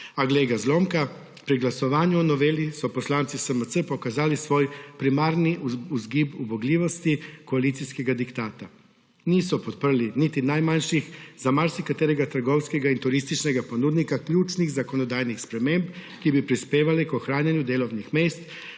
A, glej ga zlomka, pri glasovanju o noveli so poslanci SMC pokazali svoj primarni vzgib ubogljivosti koalicijskega diktata. Niso podprli niti najmanjših, za marsikaterega trgovskega in turističnega ponudnika ključnih zakonodajnih sprememb, ki bi prispevale k ohranjanju delovnih mest,